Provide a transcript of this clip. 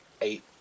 eight